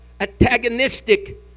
antagonistic